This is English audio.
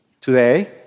today